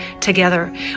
together